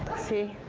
see?